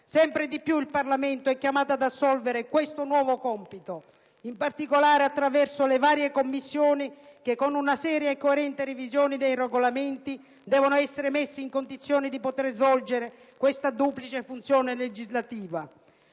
Sempre di più il Parlamento è chiamato ad assolvere questo nuovo compito, in particolare attraverso le varie Commissioni che, con una seria e coerente revisione dei Regolamenti, devono essere messe in condizione di poter svolgere questa duplice funzione legislativa.